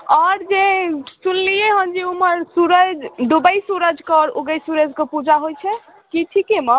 आओर जे सुनलिए हँ जे ओम्हर सूरज डुबैत सुरुजके आओर उगैत सूरजके पूजा होइ छै कि ठिकेमे